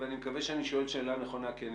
ואני מקווה שאני שואל שאלה נכונה כי אני